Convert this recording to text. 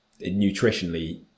Nutritionally